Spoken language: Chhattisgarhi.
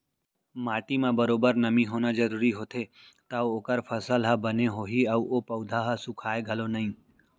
माटी म बरोबर नमी होना जरूरी होथे तव ओकर फसल ह बने होही अउ ओ पउधा ह सुखाय घलौ नई